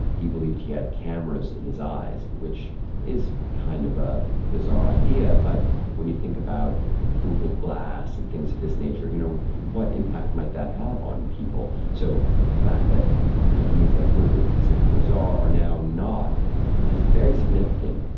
he believed he had cameras in his eyes, which is kind of a bizarre idea, but when you think about google glass and things of this nature, you know, what impact might that have on people? so the fact that ideas that would've been considered bizarre are now not is very significant.